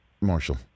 Marshall